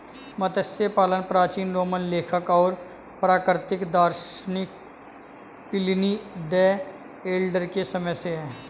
मत्स्य पालन प्राचीन रोमन लेखक और प्राकृतिक दार्शनिक प्लिनी द एल्डर के समय से है